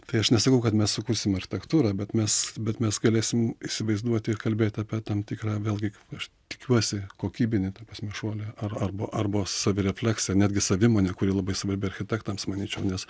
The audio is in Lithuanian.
tai aš nesakau kad mes sukursim architektūrą bet mes bet mes galėsim įsivaizduoti ir kalbėt apie tam tikrą vėlgi aš tikiuosi kokybinį ta prasme šuolį ar arba arba savirefleksija netgi savimonė kuri labai svarbi architektams manyčiau nes